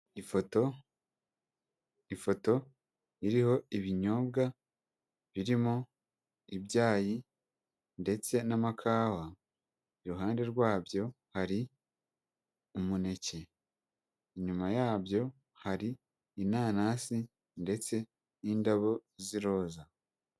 Ifoto, ifoto iriho ibinyobwa birimo ibyayi ndetse n'amakawa, iruhande rwabyo hari umuneke, inyuma yabyo hari inanasi ndetse n'indabo z'iroza.